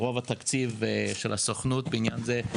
רוב התקציב של הסוכנות בעניין הזה,